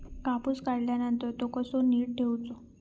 कापूस काढल्यानंतर तो कसो नीट ठेवूचो?